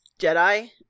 Jedi